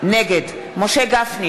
נגד משה גפני,